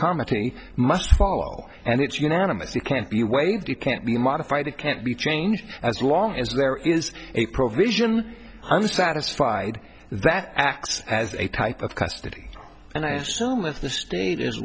comedy must follow and it's unanimous you can't be waived you can't be modified it can't be changed as long as there is a provision i'm satisfied that acts as a type of custody and i assume with the state is